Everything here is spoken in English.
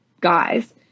guys